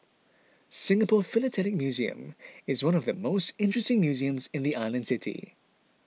Singapore Philatelic Museum is one of the most interesting museums in the island city